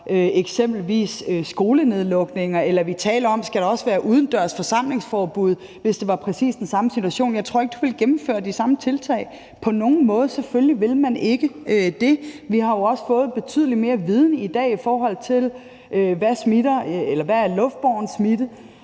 eksempelvis snakker skolenedlukninger, eller vi taler om, om der også skal være udendørs forsamlings-forbud, hvis det var præcis den samme situation. Jeg tror ikke, man ville gennemføre de samme tiltag på nogen måde. Selvfølgelig ville man ikke det. Vi har jo også fået betydelig mere viden i dag, i forhold til hvad der smitter,